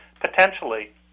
potentially